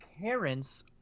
parents